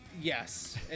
yes